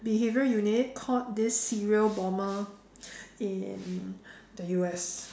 behaviour unit caught this serial bomber in the U_S